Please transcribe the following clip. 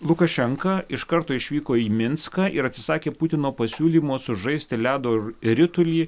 lukašenka iš karto išvyko į minską ir atsisakė putino pasiūlymo sužaisti ledo ritulį